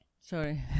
sorry